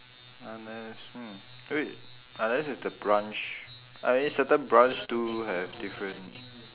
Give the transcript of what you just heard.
unless hmm wait unless it's the branch I mean certain branch do have different